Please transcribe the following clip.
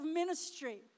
ministry